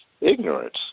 ignorance